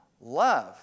love